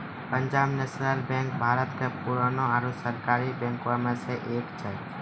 Punjab national bank Bharat के पुराना आरु सरकारी बैंको मे से एक छै